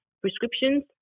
prescriptions